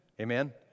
Amen